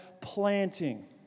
planting